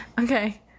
Okay